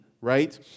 right